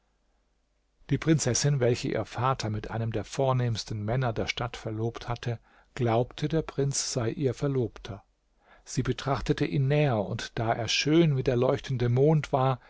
die prinzessin welche ihr vater mit einem der vornehmsten männer der stadt verlobt hatte glaubte der prinz sei ihr verlobter sie betrachtete ihn näher und da er schön wie der leuchtende mond war